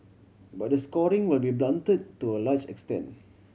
but the scoring will be blunted to a large extent